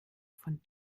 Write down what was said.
von